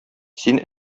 син